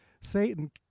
Satan